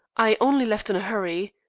i only left in a hurry.